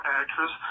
actress